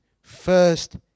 first